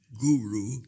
guru